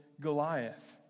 Goliath